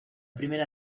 primera